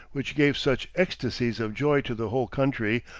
which gave such ecstasies of joy to the whole country,